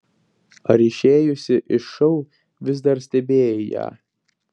ar išėjusi iš šou vis dar stebėjai jį